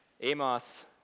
Amos